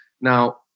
Now